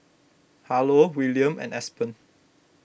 Harlow Wiliam and Aspen